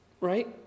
right